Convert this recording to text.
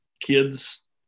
kids